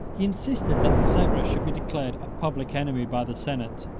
he insisted that severus should be declared a public enemy by the senate.